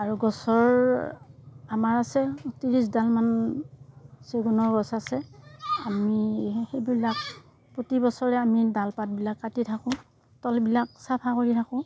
আৰু গছৰ আমাৰ আছে ত্ৰিছ ডালমান ছেগুনৰ গছ আছে আমি সেইবিলাক প্ৰতি বছৰে আমি ডাল পাত বিলাক কাটি থাকো তল বিলাক চাফা কৰি থাকো